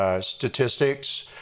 statistics